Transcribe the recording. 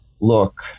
look